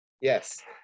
Yes